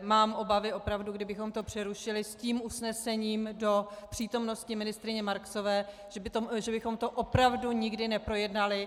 Mám obavy opravdu, kdybychom to přerušili s tím usnesením do přítomnosti ministryně Marksové, že bychom to opravdu nikdy neprojednali.